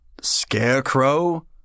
Scarecrow